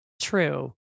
True